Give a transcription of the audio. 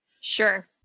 Sure